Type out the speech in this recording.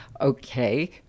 Okay